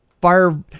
Fire